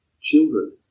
Children